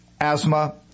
asthma